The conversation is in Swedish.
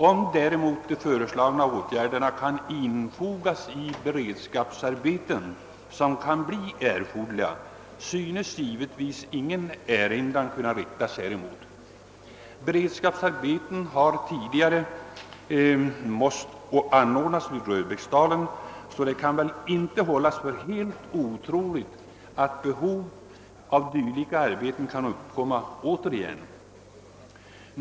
Om däremot de föreslagna åtgärderna kan infogas i beredskapsarbeten, som kan bli erforderliga, synes givetvisingen erinran kunna riktas häremot. Beredskapsarbeten har tidigare måst anordnas vid Röbäcksdalen, och det kan väl inte hållas för helt otroligt att behov av dylika arbeten kan uppkomma återigen.